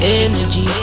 energy